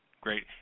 Great